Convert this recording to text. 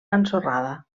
ensorrada